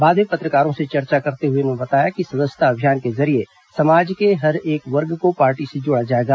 बाद में पत्रकारों से चर्चा करते हुए उन्होंने बताया कि सदस्यता अभियान के जरिए समाज के हर एक वर्ग को पार्टी से जोड़ा जाएगा